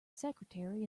secretary